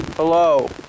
Hello